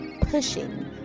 pushing